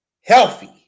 Healthy